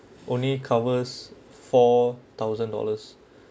only covers four thousand dollars